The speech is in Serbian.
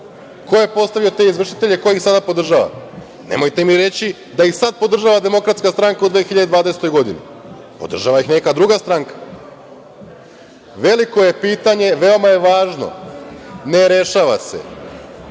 Ko je postavio te izvršitelje? Ko ih sada podržava? Nemojte mi reći da ih sad podržava DS u 2020. godini. Podržava ih neka druga stranka. Veliko je pitanje, veoma je važno, ne rešava se.